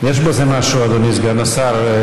יש בזה משהו, אדוני סגן השר.